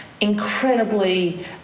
incredibly